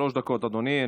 שלוש דקות, אדוני.